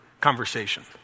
conversation